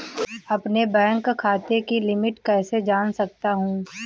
अपने बैंक खाते की लिमिट कैसे जान सकता हूं?